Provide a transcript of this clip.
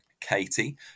Katie